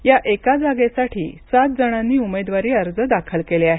या एका जागेसाठी सात जणांनी उमेदवारी अर्ज दाखल केले आहेत